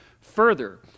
Further